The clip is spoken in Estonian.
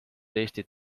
eestit